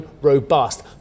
robust